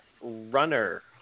runner